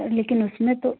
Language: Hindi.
सर लेकिन उस में तो